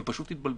הם פשוט התבלבלו.